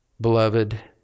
beloved